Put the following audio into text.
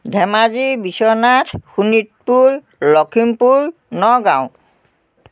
Dhemaji Biswanath Sonitpur Lakhimpur Nagaon